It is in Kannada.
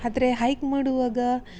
ಆದ್ರೆ ಹೈಕ್ ಮಾಡುವಾಗ